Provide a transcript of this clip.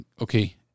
okay